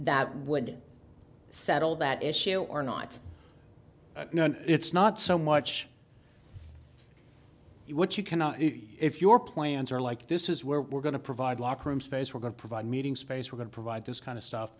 that would settle that issue or not it's not so much what you cannot if your plans are like this is where we're going to provide locker room space we're going to provide meeting space we're going to provide this kind of stuff